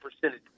percentage